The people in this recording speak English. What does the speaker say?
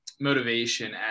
motivation